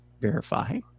verify